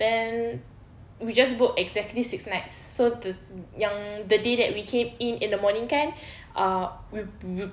then we just booked exactly six nights so to yang the day we came in the morning kan uh we we